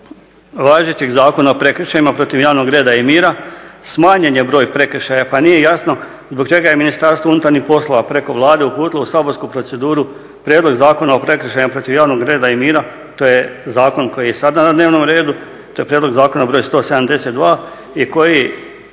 temelju važećeg Zakona o prekršajima protiv javnog reda i mira smanjen je broj prekršaja pa nije jasno zbog čega je Ministarstvo unutarnjih poslova preko Vlade uputilo u saborsku proceduru Prijedlog zakona o prekršajima protiv javnog reda i mira, to je zakon koji je i sada na dnevnom redu, to je P.Z. br. 172. i koji